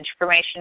information